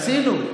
עשינו.